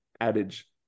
adage